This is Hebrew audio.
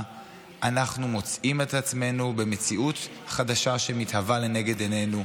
אנחנו מוצאים את עצמנו במציאות חדשה שמתהווה לנגד עינינו,